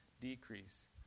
decrease